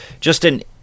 Justin